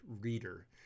reader